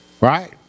right